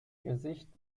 gesicht